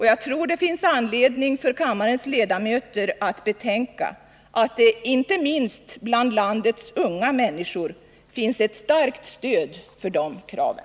Jag tror att det finns anledning för kammarens ledamöter att betänka att det inte minst bland landets unga människor finns ett starkt stöd för de kraven.